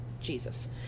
jesus